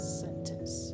sentence